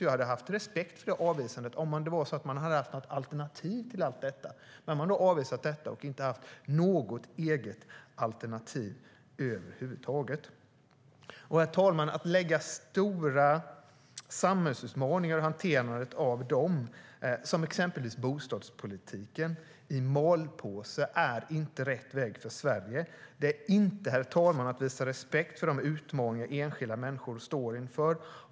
Jag hade haft respekt för detta avvisande om ni hade haft ett alternativ, men ni har avvisat det utan att ha något eget alternativ över huvud taget. Herr talman! Att lägga stora samhällsutmaningar, som till exempel bostadspolitiken, och hanteringen av dem i malpåse är inte rätt väg för Sverige. Det är inte att visa respekt för de utmaningar enskilda människor står inför.